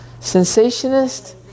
Sensationist